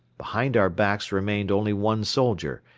behind our backs remained only one soldier,